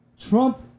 Trump